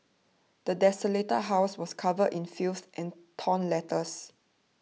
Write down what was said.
the desolated house was covered in filth and torn letters